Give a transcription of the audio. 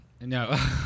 No